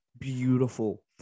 beautiful